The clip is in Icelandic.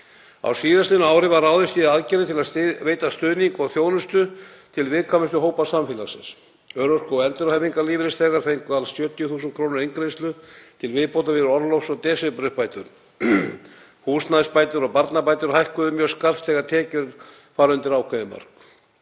Á síðastliðnu ári var ráðist í aðgerðir til að veita stuðning og þjónustu til viðkvæmustu hópa samfélagsins. Örorku- og endurhæfingarlífeyrisþegar fengu alls 70.000 kr. eingreiðslu til viðbótar við orlofs- og desemberuppbætur. Húsnæðisbætur og barnabætur hækka mjög skarpt þegar tekjur fara undir ákveðin